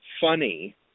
funny